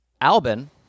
Albin